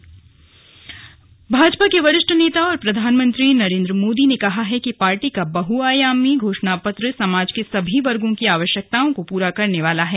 प्रधानमंत्री मोदी भाजपा के वरिष्ठ नेता और प्रधानमंत्री नरेन्द्र मोदी ने कहा है कि पार्टी का बहुआयामी घोषणापत्र समाज के सभी वर्गों की आवश्यकताओं को पूरा करने वाला है